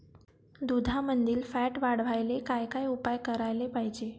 दुधामंदील फॅट वाढवायले काय काय उपाय करायले पाहिजे?